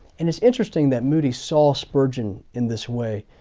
and it's interesting that moody saw spurgeon in this way,